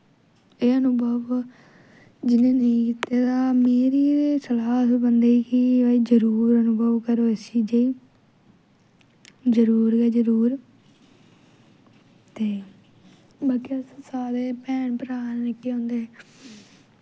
एह् अनुभव जिनें नेई कीते दा मेरी एह् सलाह् उस बंदे गी कि भाई जरूर अनुभव करो इस चीजै गी जरूर गै जरूर ते बाकी अस सारे भैन भ्राऽ निक्के होंदे